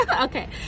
Okay